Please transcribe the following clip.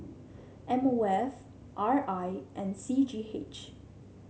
M O F R I and C G H